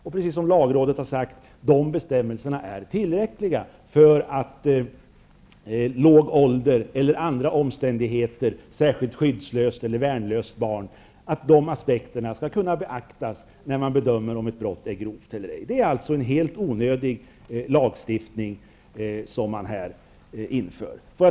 Dessa bestämmelser är, precis som lagrådet säger, tillräckliga för att låg ålder eller andra omständigheter, särskilt skyddslöst eller värnlöst barn, skall kunna beaktas när man bedömer om ett brott är grovt eller ej. Det är alltså en helt onödig lagstiftning som man här inför.